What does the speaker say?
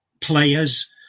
players